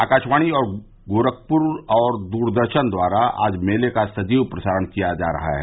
आकाशवाणी गोरखपुर और दूरदर्शन द्वारा आज मेले का सजीव प्रसारण किया जा रहा है